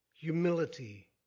humility